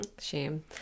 Shame